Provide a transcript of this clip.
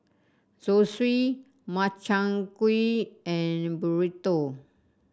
Zosui Makchang Gui and Burrito